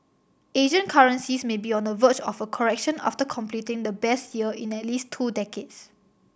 Asian currencies may be on the verge of a correction after completing the best year in at least two decades